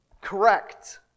Correct